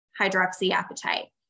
hydroxyapatite